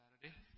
Saturday